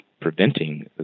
preventing